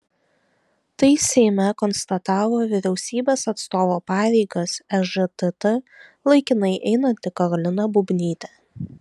tai seime konstatavo vyriausybės atstovo pareigas ežtt laikinai einanti karolina bubnytė